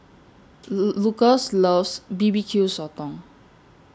Lukas loves B B Q Sotong